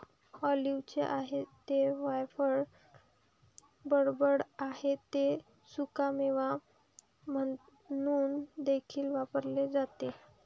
ऑलिव्हचे आहे ते वायफळ बडबड आहे ते सुकामेवा म्हणून देखील वापरले जाते